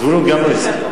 זבולון גם לא הסכים.